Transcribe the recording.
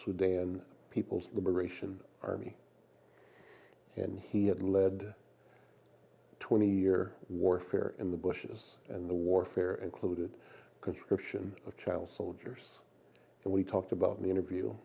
sudan people's liberation army and he had led twenty year warfare in the bushes and the warfare included conscription of child soldiers and we talked about the interview